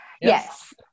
Yes